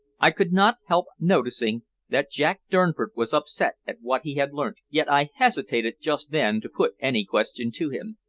i could not help noticing that jack durnford was upset at what he had learnt, yet i hesitated just then to put any question to him.